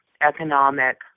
economic